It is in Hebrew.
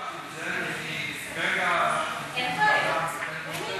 זה כי זה כרגע בוועדה מיוחדת.